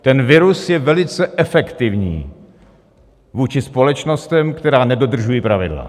Ten virus je velice efektivní vůči společnostem, které nedodržují pravidla.